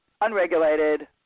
unregulated